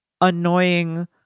annoying